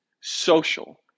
social